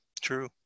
True